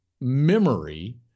memory